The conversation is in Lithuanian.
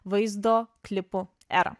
vaizdo klipų erą